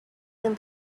them